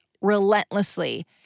relentlessly